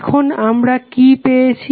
এখন আমরা কি পেয়েছি